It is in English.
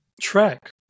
track